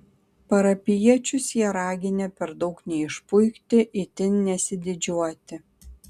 parapijiečius jie raginę per daug neišpuikti itin nesididžiuoti